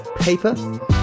paper